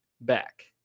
back